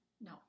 No